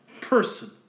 person